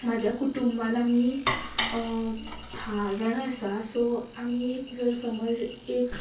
म्हाज्या कुटुंबान आमी धा जाणा आसा सो आमी जर समज एक